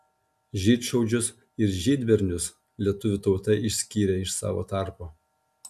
žydšaudžius ir žydbernius lietuvių tauta išskyrė iš savo tarpo